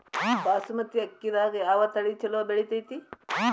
ಬಾಸುಮತಿ ಅಕ್ಕಿದಾಗ ಯಾವ ತಳಿ ಛಲೋ ಬೆಳಿತೈತಿ?